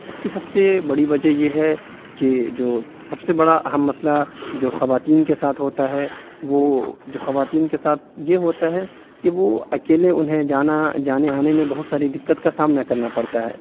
اُس کی سب سے بڑی وجہ یہ ہے کہ جو سب سے بڑا اہم مسئلہ جو خواتین کے ساتھ ہوتا ہے وہ جو خواتین کے ساتھ یہ ہوتا ہے کہ وہ اکیلے اُنہیں جانا جانے آنے میں بہت ساری دقت کا سامنا کرنا پڑتا ہے